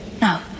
no